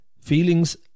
feelings